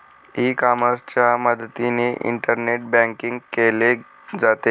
E कॉमर्सच्या मदतीने internet banking केले जाते